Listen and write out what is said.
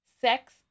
sex